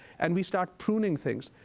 and we start pruning things.